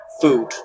food